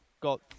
got